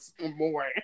more